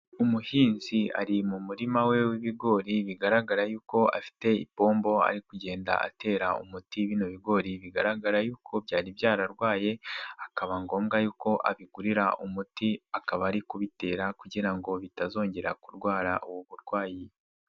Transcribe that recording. Umuhinzi ari mu murima we w'ibigori bigaragara yuko afite ipombo ari kugenda atera umuti bino bigori bigaragara yuko byari byararwaye, akaba ngombwa yuko abigurira umuti akaba ari kubitera kugira ngo bitazongera kurwara ubu burwayi.